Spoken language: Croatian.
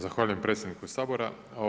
Zahvaljujem predsjedniku Sabora.